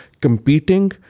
competing